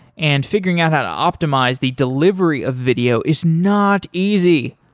and figuring out how to optimize the delivery of video is not easy,